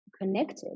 connected